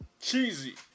Cheesy